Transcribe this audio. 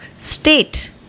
state